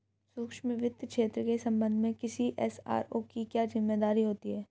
सूक्ष्म वित्त क्षेत्र के संबंध में किसी एस.आर.ओ की क्या जिम्मेदारी होती है?